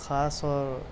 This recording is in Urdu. خاص اور